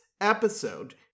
episode